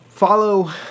Follow